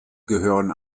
gehören